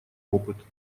опыт